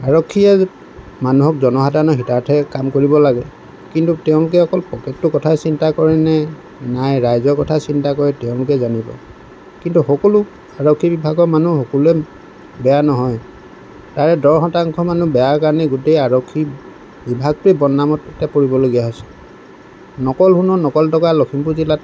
আৰক্ষীয়ে মানুহৰ জনসাধাৰণৰ হিতাৰ্থে কাম কৰিব লাগে কিন্তু তেওঁলোকে অকল পকেটটোৰ কথাই চিন্তাই কৰেনে নাই ৰাইজৰ কথাই চিন্তা কৰে তেওঁলোকে জানিব কিন্তু সকলো আৰক্ষী বিভাগৰ মানুহ সকলোৱেই বেয়া নহয় তাৰে দহ শতাংশ মনুহ বেয়া কাৰণে গোটেই আৰক্ষী বিভাগটোৱেই বদনামত পৰিবলগীয়া হৈছে নকল সোণ আৰু নকল টকা লখিমপুৰ জিলাত